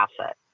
asset